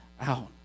out